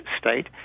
state